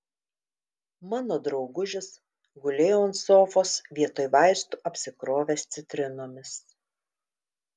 mano draugužis gulėjo ant sofos vietoj vaistų apsikrovęs citrinomis